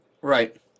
Right